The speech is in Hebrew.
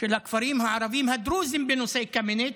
של הכפרים הערביים הדרוזיים בנושא קמיניץ,